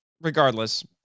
regardless